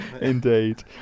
Indeed